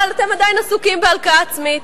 אבל אתם עדיין עסוקים בהלקאה עצמית,